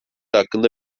hakkında